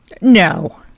No